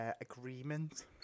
agreement